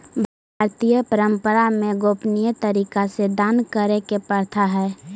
भारतीय परंपरा में गोपनीय तरीका से दान करे के प्रथा हई